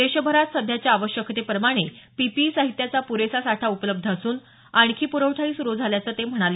देशभरात सध्याच्या आवश्यकतेप्रमाणे पीपीई साहित्याचा पुरेसा साठा उपलब्ध असून आणखी पुरवठाही सुरू झाल्याचं ते म्हणाले